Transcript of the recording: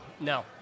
no